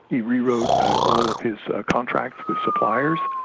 he rewrote all of his contracts with suppliers,